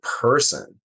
person